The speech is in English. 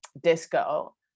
disco